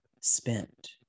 spent